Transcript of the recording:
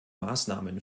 maßnahmen